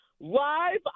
live